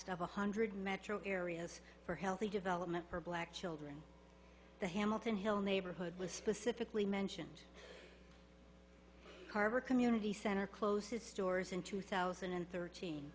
one hundred metro areas for healthy development for black children the hamilton hill neighborhood was specifically mentioned carver community center close its doors in two thousand and thirteen